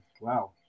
Wow